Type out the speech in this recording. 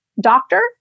doctor